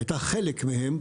היא הייתה חלק מהן,